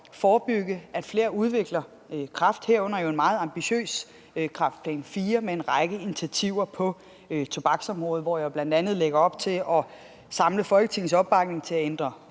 at flere udvikler kræft, herunder en meget ambitiøs Kræftplan IV med en række initiativer på tobaksområdet. Jeg lægger bl.a. op til at få Folketingets opbakning til at ændre